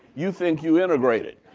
you think you integrated.